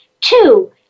Two